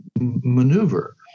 maneuver